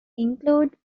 include